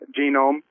genome